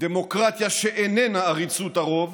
דמוקרטיה שאיננה עריצות הרוב